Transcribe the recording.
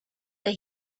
that